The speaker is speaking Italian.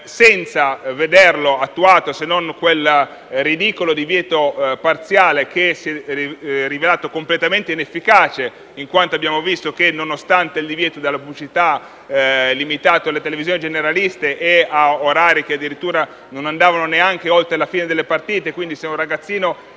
senza vederla attuata, se non per quel ridicolo divieto parziale, che si è rivelato completamente inefficace. Abbiamo infatti visto il divieto della pubblicità, limitato alle televisioni generaliste e ad orari che addirittura non andavano neanche oltre la fine delle partite: quindi, se un ragazzino